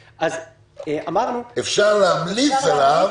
-- אפשר להמליץ עליו.